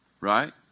right